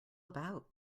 about